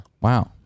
Wow